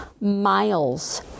miles